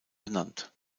benannt